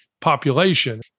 population